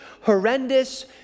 horrendous